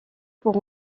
pour